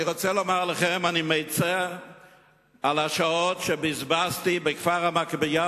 אני רוצה לומר לכם שאני מצר על השעות שבזבזתי בכפר-המכבייה